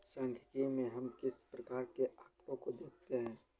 सांख्यिकी में हम किस प्रकार के आकड़ों को देखते हैं?